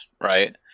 right